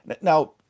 Now